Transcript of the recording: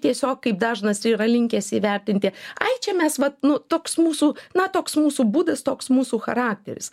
tiesiog kaip dažnas čia yra linkęs įvertinti ai čia mes vat nu toks mūsų na toks mūsų būdas toks mūsų charakteris